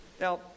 Now